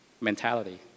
mentality